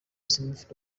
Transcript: smith